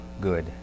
good